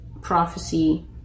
prophecy